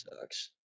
sucks